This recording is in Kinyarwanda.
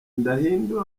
ndahinduka